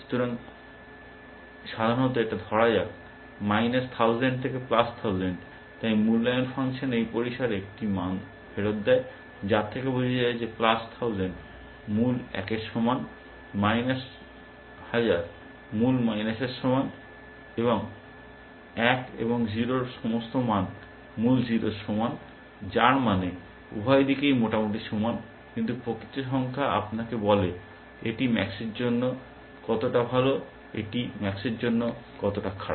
সুতরাং সাধারণত এটা ধরা যাক মাইনাস 1000 থেকে প্লাস 1000 তাই মূল্যায়ন ফাংশন এই পরিসরে একটি মান ফেরত দেয় যা থেকে বোঝা যায় যে প্লাস 1000 মূল একের সমান মাইনাস হাজার মূল মাইনাসের সমান এক এবং 0 এর সমস্ত মান মূল 0 এর সমান যার মানে উভয় দিকই মোটামুটি সমান কিন্তু প্রকৃত সংখ্যা আপনাকে বলে এটি ম্যাক্সের জন্য কতটা ভাল বা এটি ম্যাক্সের জন্য কতটা খারাপ